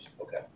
Okay